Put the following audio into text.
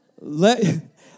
Let